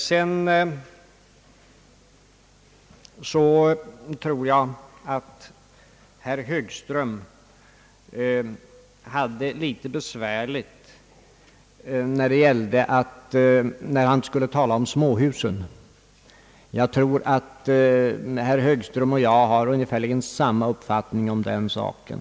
Vidare tror jag att herr Högström hade ganska besvärligt när han talade om småhusen. Men jag tror att herr Högström och jag har ungefär samma uppfattning om den saken.